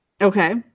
Okay